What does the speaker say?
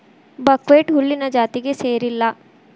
buckwheat ಹುಲ್ಲಿನ ಜಾತಿಗೆ ಸೇರಿಲ್ಲಾ